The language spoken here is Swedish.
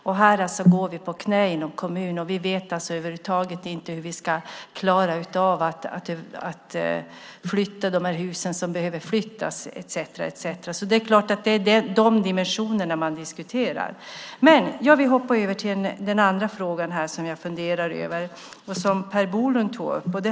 Här går vi alltså på knä i kommunen och vet över huvud taget inte hur vi ska klara att flytta de hus som behöver flyttas etcetera, så det är klart att det är de dimensionerna som diskuteras. Jag vill hoppa över till en annan fråga som jag funderar över och som Per Bolund tog upp.